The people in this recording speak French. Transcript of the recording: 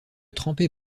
trempé